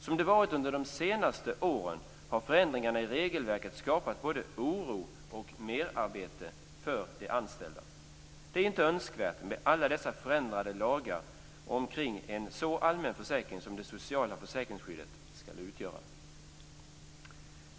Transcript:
Som det varit under de senaste åren har förändringarna i regelverket skapat både oro och merarbete för de anställda. Det är inte önskvärt med alla dessa förändrade lagar omkring en så allmän försäkring som det sociala försäkringsskyddet skall utgöra.